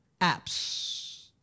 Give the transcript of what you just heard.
apps